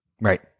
right